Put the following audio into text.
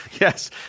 Yes